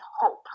hope